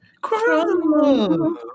crumble